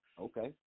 okay